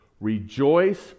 Rejoice